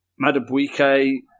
Madabuike